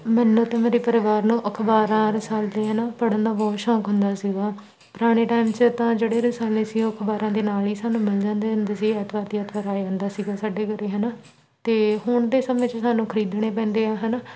ਮੈਨੂੰ ਅਤੇ ਮੇਰੇ ਪਰਿਵਾਰ ਨੂੰ ਅਖਬਾਰਾਂ ਰਸਾਲੇ ਹੈ ਨਾ ਪੜ੍ਹਨ ਦਾ ਬਹੁਤ ਸ਼ੌਕ ਹੁੰਦਾ ਸੀਗਾ ਪੁਰਾਣੇ ਟਾਈਮ 'ਚ ਤਾਂ ਜਿਹੜੇ ਰਸਾਲੇ ਸੀ ਉਹ ਅਖਬਾਰਾਂ ਦੇ ਨਾਲ ਹੀ ਸਾਨੂੰ ਮਿਲ ਜਾਂਦੇ ਹੁੰਦੇ ਸੀ ਐਤਵਾਰ ਦੀ ਐਤਵਾਰ ਆਏ ਹੁੰਦੇ ਸੀਗੇ ਸਾਡੇ ਘਰੇ ਹੈ ਨਾ ਅਤੇ ਹੁਣ ਦੇ ਸਮੇਂ 'ਚ ਸਾਨੂੰ ਖਰੀਦਣੇ ਪੈਂਦੇ ਹੈ ਹੈ ਨਾ